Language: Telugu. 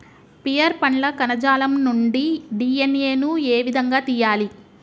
పియర్ పండ్ల కణజాలం నుండి డి.ఎన్.ఎ ను ఏ విధంగా తియ్యాలి?